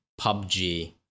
PUBG